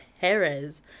Perez